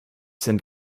sind